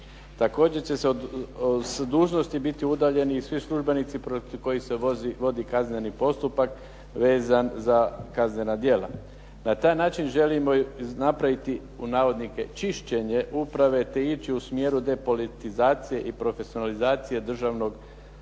Također će s dužnosti biti udaljeni i svi službenici protiv kojih se vodi kazneni postupak vezan za kaznena djela. Na taj način želimo napraviti u navodnike "čišćenje" uprave te ići u smjeru depolitizacije i profesionalizacije državne uprave,